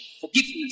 Forgiveness